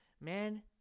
man